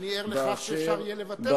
אדוני ער לכך שיהיה אפשר לבטל אותה?